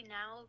now